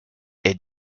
est